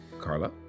Carla